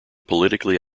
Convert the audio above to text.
politically